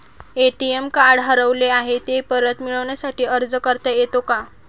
ATM card हरवले आहे, ते परत मिळण्यासाठी अर्ज करता येतो का?